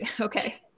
Okay